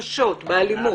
באלימות.